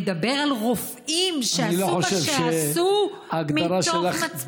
מדבר על רופאים שעשו מה שעשו מתוך מצפונם.